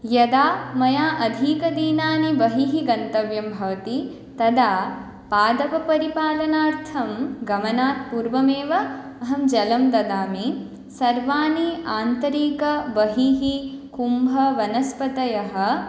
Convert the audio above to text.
यदा मया अधीकदिनानि बहिः गन्तव्यं भवति तदा पादपपरिपालनार्थं गमनात् पूर्वमेव अहं जलं ददामि सर्वाणि आन्तरिक बहिः कुम्भवनस्पतयः